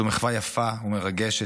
זו מחווה יפה ומרגשת,